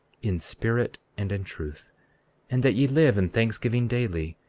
in spirit and in truth and that ye live in thanksgiving daily,